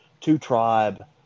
two-tribe